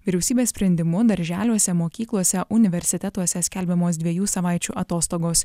vyriausybės sprendimu darželiuose mokyklose universitetuose skelbiamos dviejų savaičių atostogos